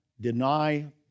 deny